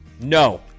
No